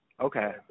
Okay